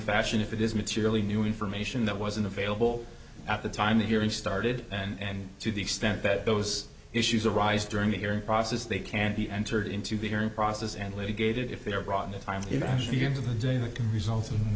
fashion if it is materially new information that wasn't available at the time the hearing started and to the extent that those issues arise during the hearing process they can be entered into the hearing process and litigated if they are brought in a time to actually get to the day that can result in